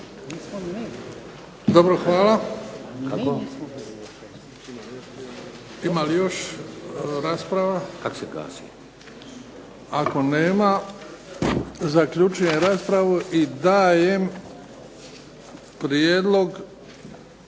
Dobro. Hvala. Ima li još rasprava? Ako nema, zaključujem raspravu i dajem prijedlog